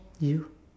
you